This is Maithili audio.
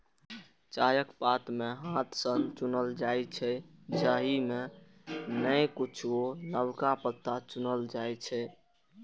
चायक पात कें हाथ सं चुनल जाइ छै, जाहि मे सबटा नै किछुए नवका पात चुनल जाइ छै